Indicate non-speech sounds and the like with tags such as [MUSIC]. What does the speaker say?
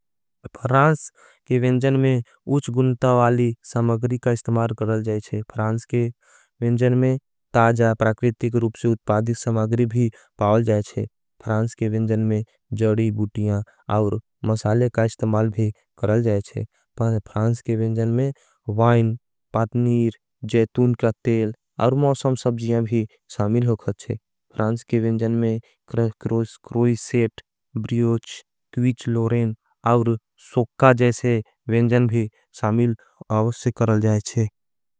फ्रांस के विन्जन में उच गुन्टा वाली समागरी का इस्तमार करल जाएच्छे फ्रांस के विन्जन में ताजा। प्राक्वितिक रूप से उत्पादिक समागरी भी पाल जाएच्छे फ्रांस के विन्जन में जड़ी, बुटिया और मसाले का इस्तमार भी करल जाएच्छे। पर [HESITATION] फ्रांस के विन्जन में वाइन, पातनीर, जैतून का तेल और मौसम सबजियां भी सामिल हो खत छे। फ्रांस के विन्जन में croissant, brioche, quiche Lorraine और सोका जैसे विन्जन भी सामिल और से करल जाएच्छे।